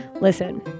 listen